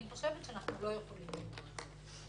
אני חושבת שאנחנו לא יכולים למנוע זאת.